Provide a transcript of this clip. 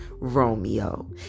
Romeo